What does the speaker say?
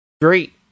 Great